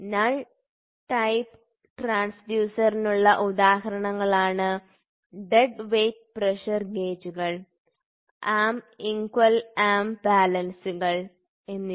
null type ട്രാൻസ്ഡ്യൂസറിനുള്ള ഉദാഹരണങ്ങൾ ആണ് ഡെഡ് വെയ്റ്റ് പ്രഷർ ഗേജുകൾ ആം ഈക്വൽ ആം ബാലൻസുകൾ arm equal arm balances എന്നിവ